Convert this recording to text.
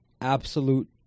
absolute